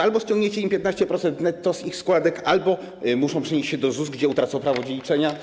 Albo ściągniecie im 15% netto z ich składek, albo muszą przenieść się do ZUS, gdzie utracą prawo dziedziczenia.